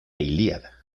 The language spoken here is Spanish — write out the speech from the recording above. ilíada